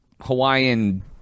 hawaiian